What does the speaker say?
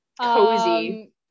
cozy